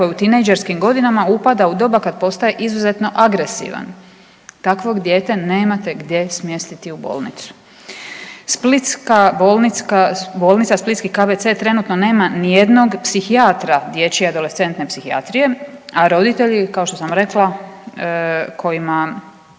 koji je u tinejdžerskim godinama, upada u doba kad postaje izuzetno agresivan. Takvog dijete nemate gdje smjestiti u bolnicu. Splitska bolnica, bolnica splitski KBC trenutno nema ni jednog psihijatra dječje adolescentne psihijatrije, a roditelji kao što sam rekla kojima